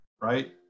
right